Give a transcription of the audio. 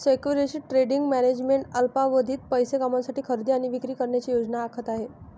securities trading management अल्पावधीत पैसे कमविण्यासाठी खरेदी आणि विक्री करण्याची योजना आखत आहे